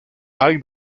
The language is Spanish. hay